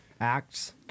Acts